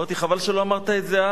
אמרתי שחבל שלא אמרת את זה אז,